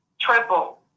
triple